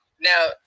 Now